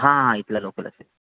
हां हां इथलं लोकल असेल